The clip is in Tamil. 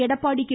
எடப்பாடி கே